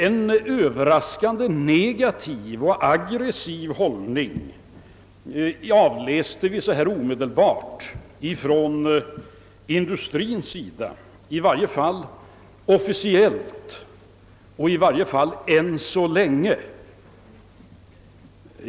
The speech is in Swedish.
En överraskande negativ och aggressiv hållning avläste vi omedelbart från industrien, i varje fall officiellt och än så länge.